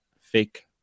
Fake